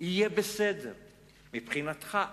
יהיה בסדר, מבחינתך.